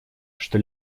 что